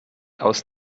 aus